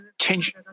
change